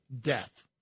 death